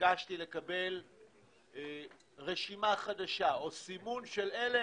ביקשתי לקבל רשימה חדשה או סימון של אלה